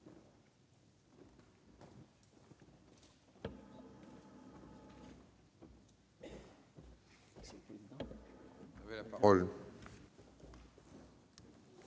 La parole